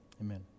Amen